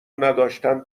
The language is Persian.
نداشتن